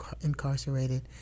incarcerated